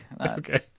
Okay